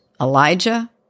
Elijah